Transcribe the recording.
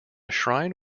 shrine